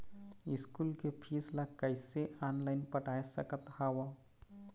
School के fees ला कैसे ऑनलाइन पटाए सकत हव?